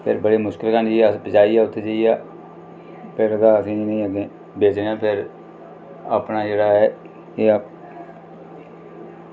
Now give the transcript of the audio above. ते बड़े मुश्कल कन्नै एह् जाइयै पजाई उत्थै फिर गै अस इनेंगी बेचने आं फिर अपना जेह्ड़ा ऐ एह् फिर